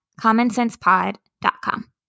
commonsensepod.com